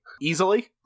easily